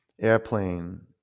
airplane